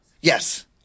Yes